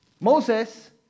Moses